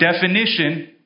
definition